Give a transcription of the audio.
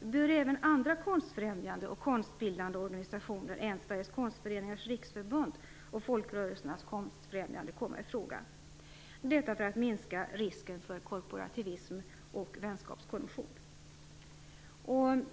bör även andra konstfrämjande och konstbildande organisationer än Sveriges Konstföreningars Riksförbund och Folkrörelsens konstfrämjande komma ifråga - detta för att minska risken för korporativism och vänskapskorrumption.